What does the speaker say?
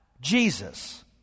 Jesus